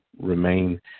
remain